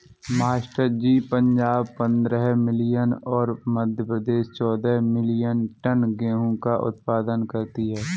master ji Punjab पंद्रह million और मध्य प्रदेश चौदह मिलीयन टन गेहूं का उत्पादन करती है